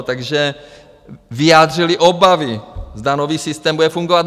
Takže vyjádřily obavy, zda nový systém bude fungovat.